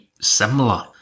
similar